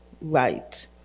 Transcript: right